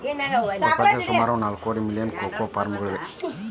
ಪ್ರಪಂಚದಾದ್ಯಂತ ಸುಮಾರು ನಾಲ್ಕೂವರೆ ಮಿಲಿಯನ್ ಕೋಕೋ ಫಾರ್ಮ್ಗಳಿವೆ